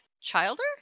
Childer